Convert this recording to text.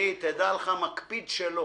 תדע לך, אני מקפיד שלא.